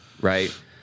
right